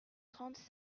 trente